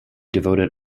devoted